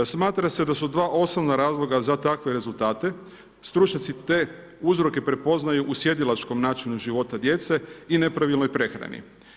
Smatra se da su dva osnovna razloga za takve rezultate stručnjaci te uzroke prepoznaju u sjedilačkom načinu života djece i nepravilnoj prehrani.